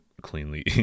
cleanly